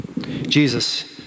Jesus